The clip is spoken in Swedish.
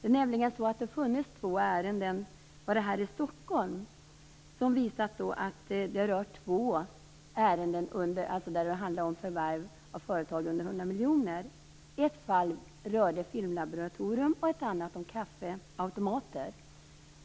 Det har nämligen funnits två ärenden bara här i Stockholm där det handlat om förvärv av företag vars omsättning understiger 100 miljoner kronor. Det ena fallet gällde ett filmlaboratorium och det andra fallet gällde kaffeautomater.